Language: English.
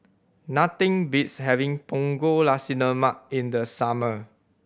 nothing beats having Punggol Nasi Lemak in the summer